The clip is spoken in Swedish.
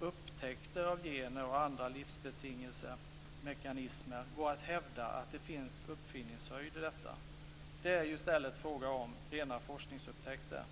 upptäckter av gener och andra livsmekanismer går att hävda att det finns uppfinningshöjd i detta. Det är i stället fråga om rena forskningsupptäckter.